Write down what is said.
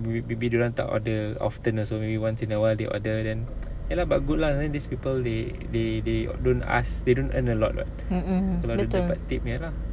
maybe dia orang order often so maybe once in a while they order then ya lah but good lah then these people they they they don't ask they don't earn a lot [what] kalau dapat tip